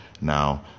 Now